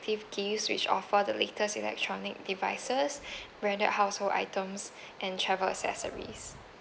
free gift which offers the latest electronic devices branded household items and travel accessories